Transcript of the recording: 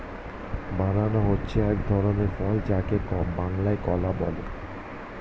banana হচ্ছে এক ধরনের ফল যাকে বাংলায় কলা বলে